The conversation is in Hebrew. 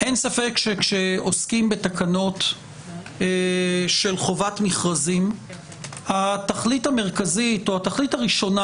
אין ספק שכשעוסקים בתקנות של חובת מכרזים התכלית הראשונה